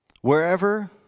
Wherever